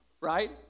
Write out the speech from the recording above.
right